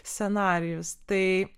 scenarijus tai